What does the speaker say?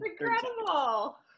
incredible